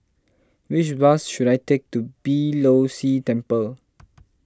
which bus should I take to Beeh Low See Temple